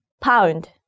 pound